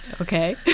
Okay